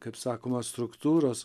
kaip sakoma struktūros